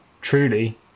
truly